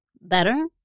better